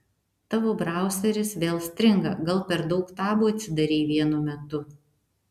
tavo brauseris vėl stringa gal per daug tabų atsidarei vienu metu